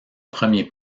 premier